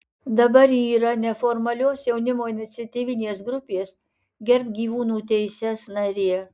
dabar ji yra neformalios jaunimo iniciatyvinės grupės gerbk gyvūnų teises narė